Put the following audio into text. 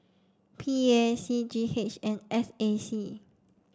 P A C G H and S A C